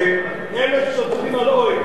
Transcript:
1,000 שוטרים על אוהל.